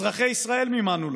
אזרחי ישראל מימנו לו.